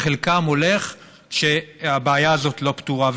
וחלקם הולך כשהבעיה הזאת לא פתורה.